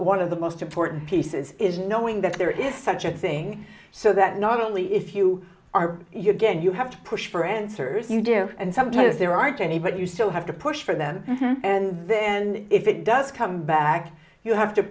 one of the most important pieces is knowing that there is such a thing so that not only if you are you again you have to push for answers you give and some places there aren't any but you still have to push for them and then if it does come back you